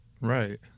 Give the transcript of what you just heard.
Right